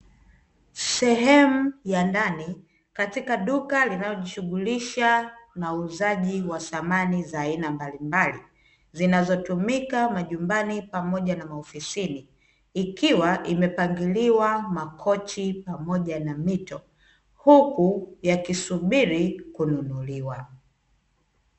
Sehemu ya ndani katika duka linalo jishughulisha na uuzaji wa samani za aina mbalimbali, zinazo tumika majumbani pamoja na maofisini ikiwa imepangiliwa makochi, pamoja na mito huku ya kisubiri kununuliwa.